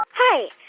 hi.